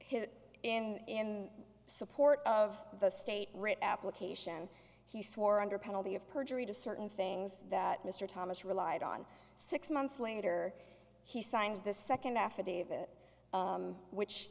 his in support of the state writ application he swore under penalty of perjury to certain things that mr thomas relied on six months later he signs the second affidavit which